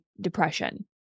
depression